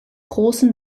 großen